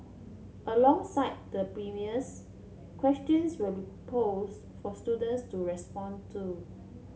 alongside the premiers questions will be pose for students to respond to